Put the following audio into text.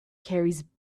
carries